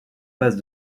vase